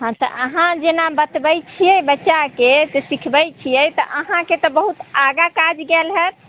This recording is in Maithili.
हँ तऽ अहाँ जेना बतबै छियै बच्चाके तऽ सिखबै छियै तऽ अहाँके तऽ बहुत आगाँ काज गेल हैत